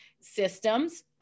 systems